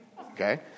okay